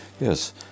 yes